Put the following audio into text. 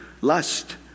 Lust